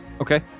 Okay